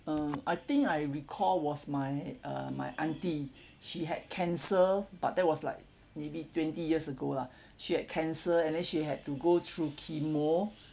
um I think I recall was my uh my auntie she had cancer but that was like maybe twenty years ago lah she had cancer and then she had to go through chemo